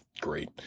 great